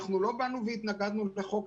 לא מתנגדים לחקיקה,